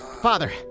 Father